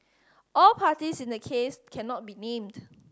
all parties in the case cannot be named